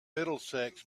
middlesex